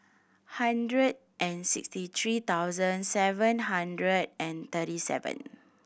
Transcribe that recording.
hundred and sixty three thousand seven hundred and thirty seven